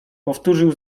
powtórzył